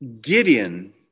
Gideon